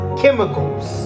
chemicals